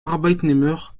arbeitnehmer